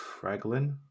Fraglin